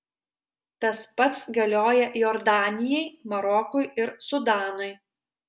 tas pats galioja jordanijai marokui ir sudanui